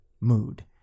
mood